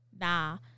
nah